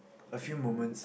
a few moments